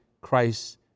Christ